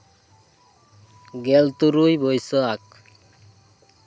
ᱜᱮᱞ ᱛᱩᱨᱩᱭ ᱵᱟᱹᱭᱥᱟᱹᱠᱷ